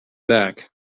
back